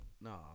No